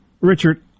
Richard